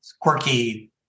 quirky